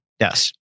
Yes